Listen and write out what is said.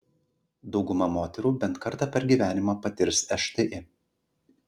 dauguma moterų bent kartą per gyvenimą patirs šti